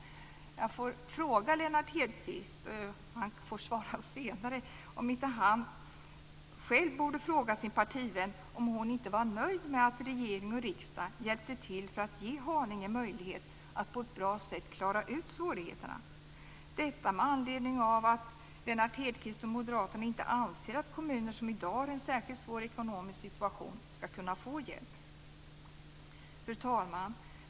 Jag undrar om Lennart Hedquist inte kan fråga sin partivän om hon inte var nöjd med att regering och riksdag hjälpte till för att ge Haninge möjlighet att på ett bra sätt klara ut svårigheterna - detta med anledning av att Lennart Hedquist och moderaterna inte anser att kommuner som i dag har en särskilt svår ekonomisk situation ska kunna få hjälp. Fru talman!